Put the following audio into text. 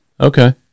Okay